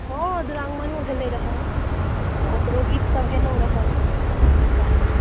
हँ द्विरागमणो भेलै रह तऽ ओकरो गीत सभ गेलहुँ रह तै